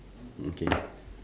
okay